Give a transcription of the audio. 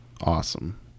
awesome